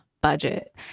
Budget